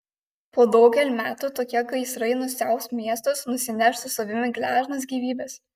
po daugel metų tokie gaisrai nusiaubs miestus nusineš su savimi gležnas gyvybes